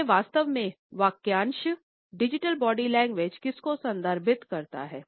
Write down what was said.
तो वास्तव में वाक्यांश डिजिटल बॉडी लैंग्वेज किसको संदर्भित करता है